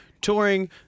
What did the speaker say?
touring